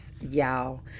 y'all